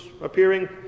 appearing